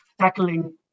tackling